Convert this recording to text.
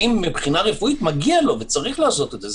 האם רפואית מגיע לו וצריך לעשות את זה.